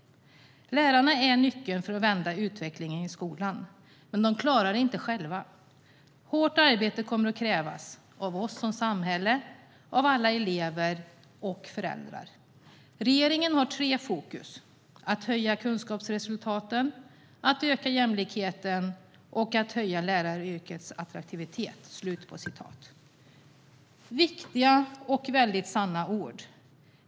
Lärarna är nyckeln till att vända utvecklingen i skolan. Men de klarar det inte själva. Hårt arbete kommer att krävas - av oss som samhälle och av alla elever och föräldrar. Regeringen har tre fokus: att höja kunskapsresultaten, att öka jämlikheten och att höja läraryrkets attraktivitet." Viktiga och väldigt sanna ord.